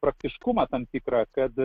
praktiškumą tam tikrą kad